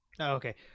Okay